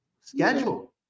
schedule